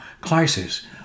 Crisis